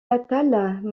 natale